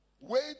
Wait